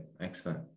excellent